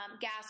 gas